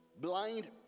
blind